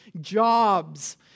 jobs